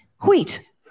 wheat